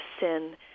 sin